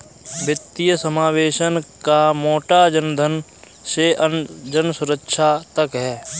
वित्तीय समावेशन का मोटो जनधन से जनसुरक्षा तक है